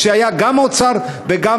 שהיו בה גם האוצר וגם